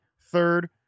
third